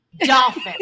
dolphin